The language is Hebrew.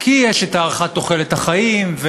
כי יש הארכת תוחלת החיים,